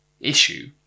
issue